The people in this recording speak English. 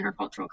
intercultural